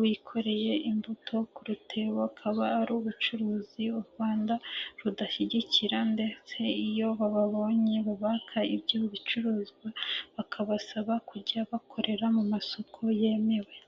wikoreye imbuto ku rutebo akaba ari ubucuruzi u Rwanda rudashyigikira ndetse iyo bababonye bubaka ibyo bicuruzwa bakabasaba kujya bakorera mu masoko yemewe.